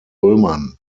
römern